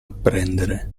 apprendere